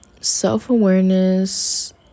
self-awareness